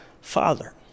Father